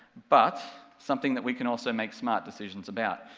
but, something that we can also make smart decisions about,